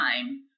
time